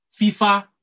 FIFA